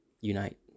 Unite